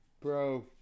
Bro